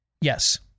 Yes